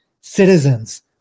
citizens